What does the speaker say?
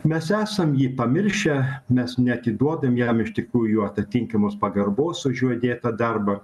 mes esam jį pamiršę mes neatiduodam jam iš tikrųjų atitinkamos pagarbos už jo įdėtą darbą